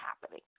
happening